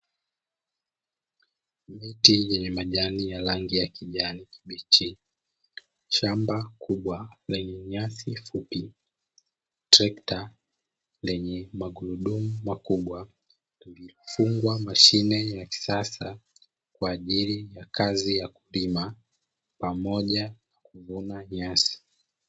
Miti yenye majani ya rangi ya kijani kibichi, shamba kubwa lenye nyasi fupi, trekta lenye magurudumu makubwa iliyofungwa mashine za kisasa kwa ajili ya kazi ya kupima pamoja na kuvuna nyasi.